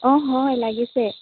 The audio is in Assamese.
অঁ হয় লাগিছে